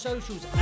Socials